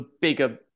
bigger